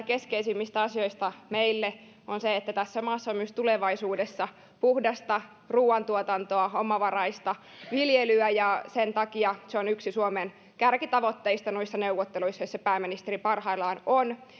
keskeisimmistä asioista meille on että tässä maassa on myös tulevaisuudessa puhdasta ruoantuotantoa omavaraista viljelyä ja sen takia se on yksi suomen kärkitavoitteista noissa neuvotteluissa joissa pääministeri parhaillaan on